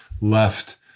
left